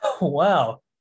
Wow